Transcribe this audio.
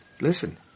Listen